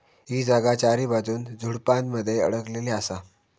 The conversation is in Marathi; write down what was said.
ही जागा चारीबाजून झुडपानमध्ये अडकलेली असा